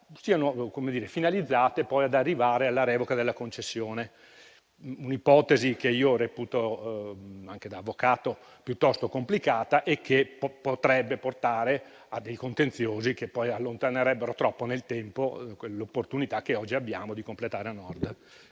sia finalizzato ad arrivare alla revoca della concessione. Questa è un'ipotesi che io reputo, anche da avvocato, piuttosto complicata e che potrebbe portare a dei contenziosi che poi allontanerebbero troppo nel tempo l'opportunità che oggi abbiamo di completare a Nord